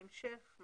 בהמשך,